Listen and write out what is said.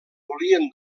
volien